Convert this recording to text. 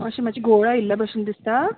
अशी मात्शी घुंवळ आयिल्ल्या भाशेन दिसता